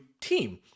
team